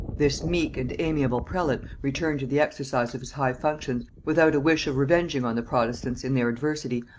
this meek and amiable prelate returned to the exercise of his high functions, without a wish of revenging on the protestants, in their adversity,